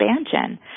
expansion